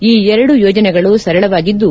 ಈ ಎರಡು ಯೋಜನೆಗಳು ಸರಳವಾಗಿದ್ದು